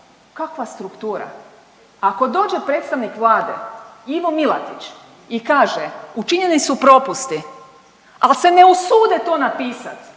Kakva struktura? Ako dođe predstavnik vlade Ivo MIlatić i kaže učinjeni su propusti, ali se ne usude to napisat,